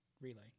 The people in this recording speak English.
relay